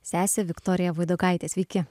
sesė viktorija voidokaitė sveiki